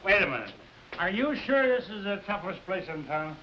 wait a minute are you sure